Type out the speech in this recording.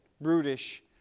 brutish